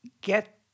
get